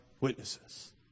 witnesses